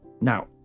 now